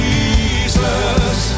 Jesus